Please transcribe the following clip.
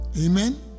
amen